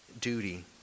duty